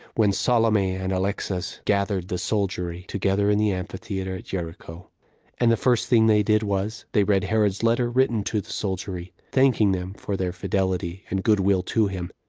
when salome and alexas gathered the soldiery together in the amphitheater at jericho and the first thing they did was, they read herod's letter, written to the soldiery, thanking them for their fidelity and good-will to him,